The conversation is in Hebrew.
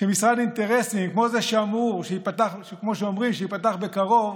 שמשרד אינטרסים, כמו זה שאומרים שייפתח בקרוב,